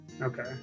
Okay